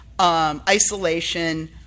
isolation